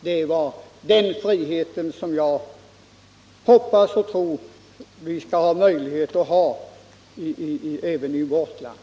Det är den friheten som jag hoppas och tror att vi skall få även i vårt land.